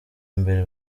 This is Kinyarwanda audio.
mbere